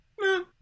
No